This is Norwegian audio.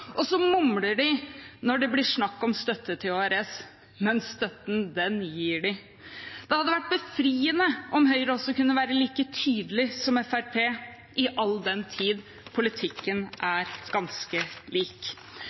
Så mumler de når det blir snakk om støtte til HRS, men støtten, den gir de. Det hadde vært befriende om Høyre kunne være like tydelig som Fremskrittspartiet, all den tid politikken er ganske lik.